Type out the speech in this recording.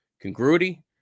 congruity